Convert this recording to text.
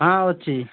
ହଁ ଅଛି